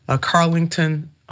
Carlington